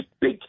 big